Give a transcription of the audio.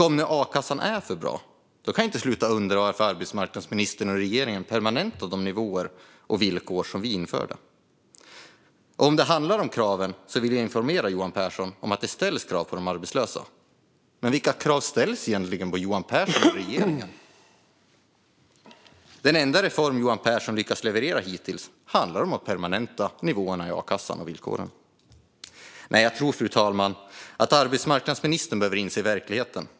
Om nu a-kassan är för bra kan jag inte låta bli att undra varför arbetsmarknadsministern och regeringen permanentar de nivåer och villkor som vi införde. Om det handlar om kraven vill jag informera Johan Pehrson om att det ställs krav på de arbetslösa. Men vilka krav ställs egentligen på Johan Pehrson och regeringen? Den enda reform Johan Pehrson har lyckats leverera hittills handlar om att permanenta a-kassans nivåer och villkor. Nej, fru talman, jag tror att arbetsmarknadsministern behöver inse hur verkligheten ser ut.